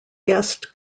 guest